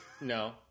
No